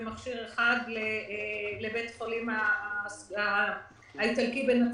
ומכשיר אחד לבית החולים האיטלקי בנצרת.